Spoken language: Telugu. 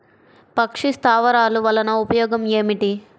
పక్షి స్థావరాలు వలన ఉపయోగం ఏమిటి?